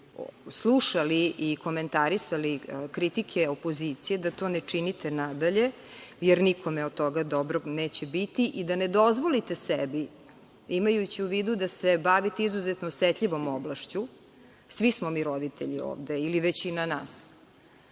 lično slušali i komentarisali kritike opozicije, da to ne činite nadalje, jer nikome od toga dobro neće biti i da ne dozvolite sebi, imajući u vidu da se bavite izuzetno osetljivom oblašću, svi smo mi roditelji ovde, ili bar većina nas,